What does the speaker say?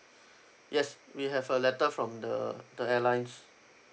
yes we have a letter from the the airlines